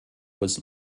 was